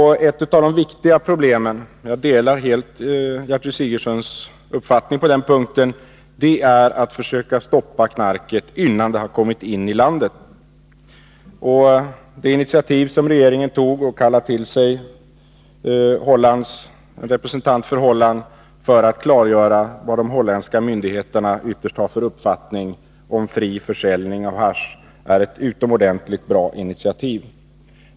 Ett av de viktiga problemen — och jag delar helt Gertrud Sigurdsens uppfattning på den punkten — är att försöka stoppa knarket, innan det har kommit in i landet. Det initiativ som regeringen tog då den kallade till sig en representant för de holländska myndigheterna för att få klarhet i vad de holländska myndigheterna egentligen har för uppfattning om fri försäljning av hasch är utomordentligt bra.